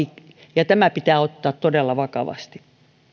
ja tämä pitää ottaa todella vakavasti